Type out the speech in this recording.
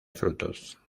frutos